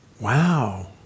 Wow